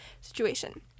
situation